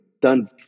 done